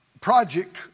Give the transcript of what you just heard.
project